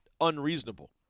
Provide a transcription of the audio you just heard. unreasonable